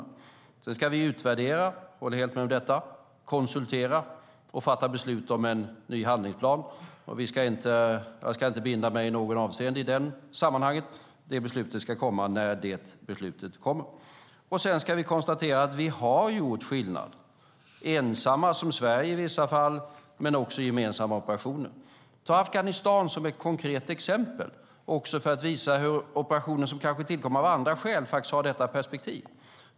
Sedan ska vi utvärdera, konsultera och fatta beslut om en ny handlingsplan. Jag ska inte binda mig i något avseende i detta sammanhang. Det beslutet ska komma när det beslutet kommer. Vi ska konstatera att vi har gjort skillnad, ibland Sverige ensamt men också i gemensamma operationer. Jag kan ta Afghanistan som ett konkret exempel för att visa hur en operation som kanske tillkom av andra skäl faktiskt har detta perspektiv.